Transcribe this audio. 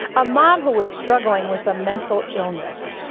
um um who was struggling with a mental illness.